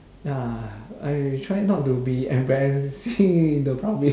ya I try not to be embarrassing in the public